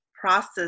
process